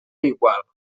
igual